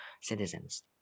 citizens